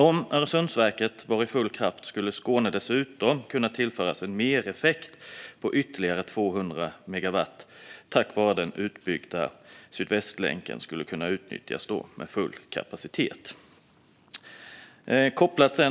Om Öresundsverket var i full gång skulle Skåne dessutom kunna tillföras en mereffekt på ytterligare 200 megawatt tack vare att den utbyggda Sydvästlänken då skulle kunna utnyttjas med full kapacitet.